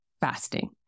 fasting